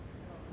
(uh huh)